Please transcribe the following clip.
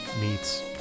meets